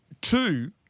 two